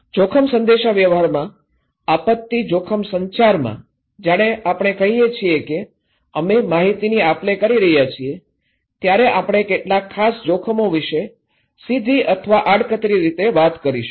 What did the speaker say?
જોખમ સંદેશાવ્યવહારમાં આપત્તિ જોખમ સંચારમાં જ્યારે આપણે કહીએ છીએ કે અમે માહિતીની આપલે કરી રહ્યા છીએ ત્યારે આપણે કેટલાક ખાસ જોખમો વિષે સીધી અથવા આડકતરી રીતે વાત કરશું